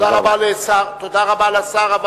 תודה רבה לשר.